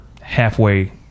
halfway